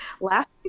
last